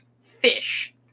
fish